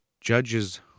judges